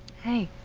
hey.